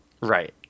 Right